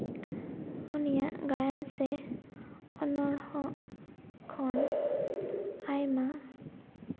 ᱩᱱᱤᱭᱟᱜ ᱜᱟᱭᱟᱱ ᱥᱮ ᱚᱱᱚᱬᱦᱮᱸ ᱠᱷᱚᱱ ᱟᱭᱢᱟ